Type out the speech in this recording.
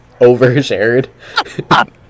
overshared